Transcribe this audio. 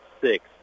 six